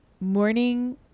morning